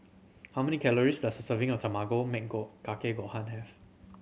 how many calories does a serving of Tamago Kake Gohan have